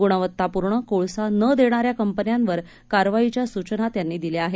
गुणवत्तापूर्ण कोळसा न देणाऱ्या कंपन्यांवर कारवाईच्या सूचना त्यांनी दिल्या आहेत